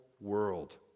world